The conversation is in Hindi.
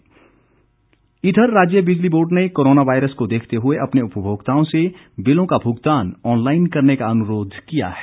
इस बीच राज्य बिजली बोर्ड ने कोरोना वायरस को देखते हुए अपने उपभोक्ताओं से बिलों का भुगतान ऑनलाईन करने का अनुरोध किया है